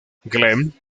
glenn